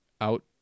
out